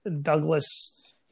Douglas